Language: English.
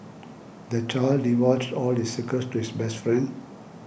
the child divulged all his secrets to his best friend